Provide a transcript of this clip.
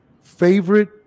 favorite